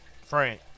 Frank